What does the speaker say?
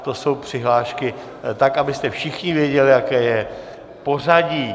To jsou přihlášky, tak abyste všichni věděli, jaké je pořadí.